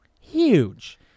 Huge